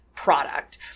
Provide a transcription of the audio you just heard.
product